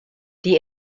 die